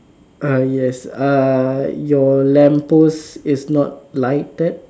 uh yes uh your lamp post is not lighted